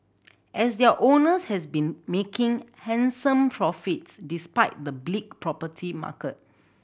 as their owners has been making handsome profits despite the bleak property market